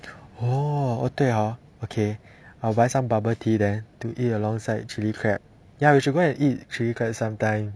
oh 对 hor okay I'll buy some bubble tea then to eat alongside chilli crab ya we should go and eat chilli crab sometime